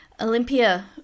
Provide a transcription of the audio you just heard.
Olympia